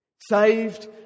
saved